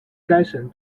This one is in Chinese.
该省